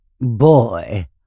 Boy